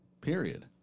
Period